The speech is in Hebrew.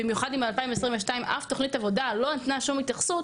במיוחד אם ב-2022 אף תוכנית עבודה לא נתנה שום התייחסות.